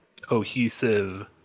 cohesive